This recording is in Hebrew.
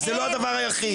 וזה לא הדבר היחיד.